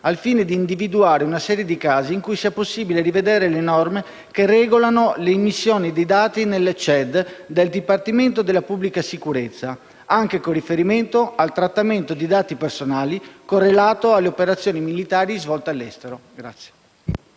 al fine di individuare una serie di casi in cui sia possibile rivedere le norme che regolano l'immissione di dati nel CED del Dipartimento della pubblica sicurezza, anche con riferimento al trattamento di dati personali correlato alle operazioni militari svolte all'estero.